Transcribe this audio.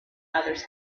others